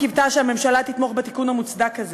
היא קיוותה שהממשלה תתמוך בתיקון המוצדק הזה.